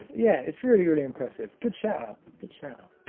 yeah, it's really really impressive. good shout out. good shout out.